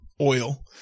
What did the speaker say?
oil